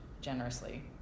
generously